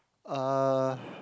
uh